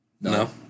No